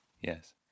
Yes